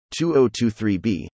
2023b